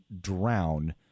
drown